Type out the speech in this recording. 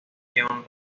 guión